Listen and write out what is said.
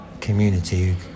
community